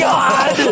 God